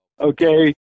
okay